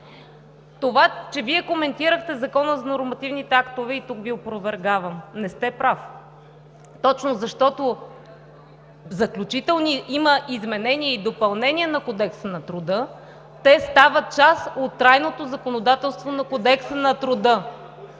Това, че Вие коментирахте Закона за нормативните актове, и тук Ви опровергавам – не сте прав, точно защото в Заключителни разпоредби има изменение и допълнение на Кодекса на труда, те стават част от трайното законодателство на Кодекса на труда.